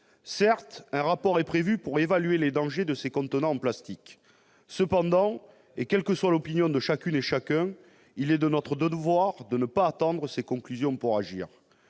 Certes, un rapport est prévu pour évaluer les dangers de ces contenants en plastique. Cependant, quelle que soit l'opinion de chacune et de chacun, il est de notre devoir ne pas attendre ses conclusions pour agir.